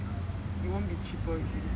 it won't be cheaper is it